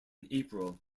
april